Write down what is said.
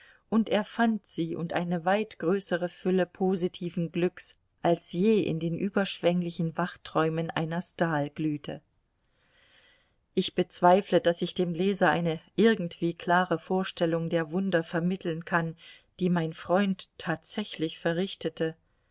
und er fand sie und eine weit größere fülle positiven glücks als je in den überschwenglichen wachträumen einer stal glühte ich bezweifle daß ich dem leser eine irgendwie klare vorstellung der wunder vermitteln kann die mein freund tatsächlich verrichtete